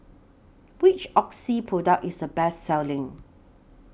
Which Oxy Product IS The Best Selling